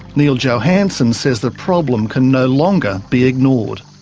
neal johansen says the problem can no longer be ignored.